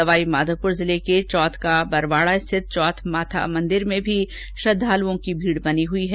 सवाईमाधोपुर जिले के चौथ के बरवाडा स्थित चौथ माता मंदिर में भी श्रद्वालुओं की भारी भीड है